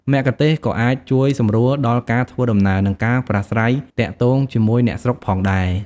មគ្គុទ្ទេសក៍ក៏អាចជួយសម្រួលដល់ការធ្វើដំណើរ និងការប្រាស្រ័យទាក់ទងជាមួយអ្នកស្រុកផងដែរ។